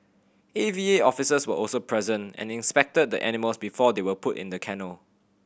A V A officers were also present and inspected the animals before they were put in the kennel